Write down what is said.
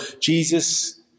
Jesus